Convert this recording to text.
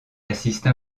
assistent